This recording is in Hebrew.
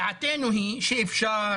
דעתנו היא שאפשר